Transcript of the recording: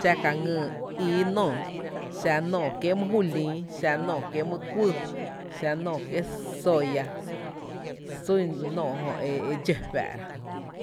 Xá ka ngïï ii nóoó: xa nóoó kiéé’ mý julíín, xa nóoó kiéé’ mý kuyy, xa nóoó kiéé’ soya, sún nóoó jö e dxó re fáá’ra.